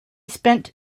spent